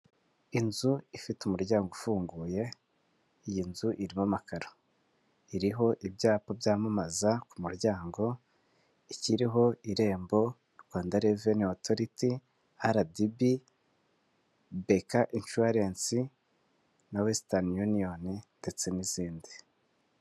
Inzu ifite umuryango ufunguye iyi nzu irimo amakaro, iriho ibyapa byamamaza ku muryango ikiriho irembo, Rwanda reveni otorito, aradibi, beka inshuwarensi, na wesitani yuniyoni ndetse n'izindi.